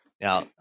Now